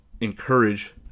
encourage